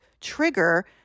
trigger